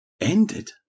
ended